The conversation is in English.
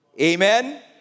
amen